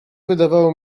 wydawało